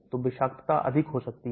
तो विषाक्तता अधिक हो सकती है